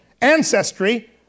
ancestry